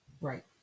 Right